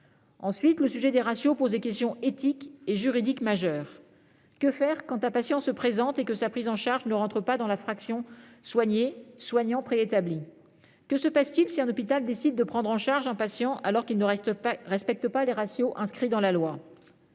Ensuite, les ratios posent des questions éthiques et juridiques majeures. Que faire quand un patient se présente et que sa prise en charge n'entre pas dans la fraction soigné/soignant préétablie ? Que se passe-t-il si un hôpital décide de prendre en charge un patient alors qu'il ne respecte pas les ratios inscrits dans la loi ?